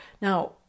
Now